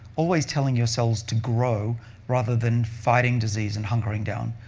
always telling your cells to grow rather than fighting disease and hunkering down.